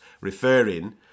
referring